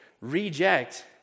reject